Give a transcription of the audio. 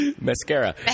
mascara